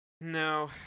No